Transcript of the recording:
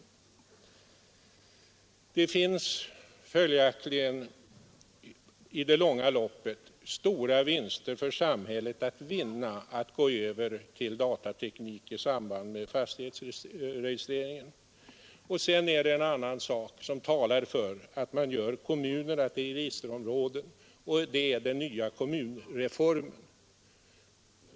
I det långa loppet är det stora vinster att hämta genom att gå över till datateknik i samband med fastighetsregistreringen. Det är också en annan sak som talar för att vi gör kommunerna till registerområden, nämligen den nya kommunreformen.